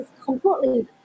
completely